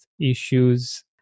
issues